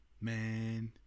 man